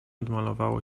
odmalowało